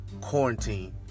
quarantine